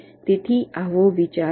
તેથી આવો વિચાર છે